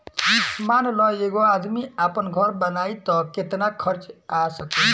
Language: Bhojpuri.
मान ल एगो आदमी आपन घर बनाइ त केतना खर्च आ सकेला